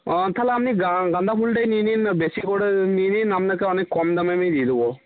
ও তাহলে আপনি গা গাঁদা ফুলটাই নিয়ে নিন না বেশি করে নিয়ে নিন আপনাকে অনেক কম দামে আমি দিয়ে দেবো